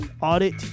audit